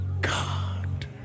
God